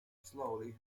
slowly